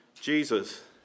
Jesus